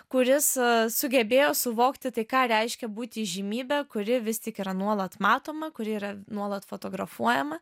kuris sugebėjo suvokti tai ką reiškia būti įžymybe kuri vis tik yra nuolat matoma kuri yra nuolat fotografuojama